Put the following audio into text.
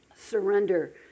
Surrender